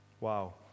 Wow